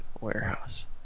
warehouse